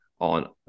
on